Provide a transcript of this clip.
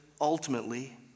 ultimately